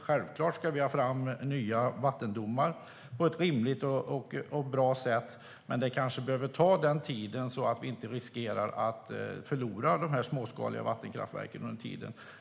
Självklart ska vi ha fram nya vattendomar på ett rimligt och bra sätt, men det kanske behöver ta lite tid så att vi inte riskerar att förlora de småskaliga vattenkraftverken under tiden.